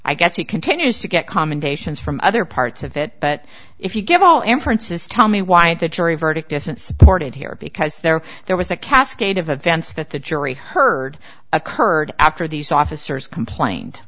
i guess he continues to get commendations from other parts of it but if you give all inferences tell me why the jury verdict isn't supported here because there there was a cascade of events that the jury heard occurred after these officers complained